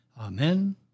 Amen